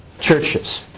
churches